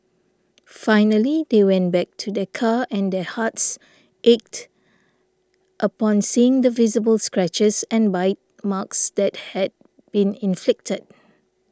finally they went back to their car and their hearts ached upon seeing the visible scratches and bite marks that had been inflicted